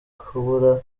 kubura